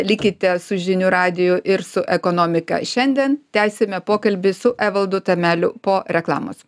likite su žinių radiju ir su ekonomika šiandien tęsime pokalbį su evaldu tameliu po reklamos